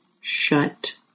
shut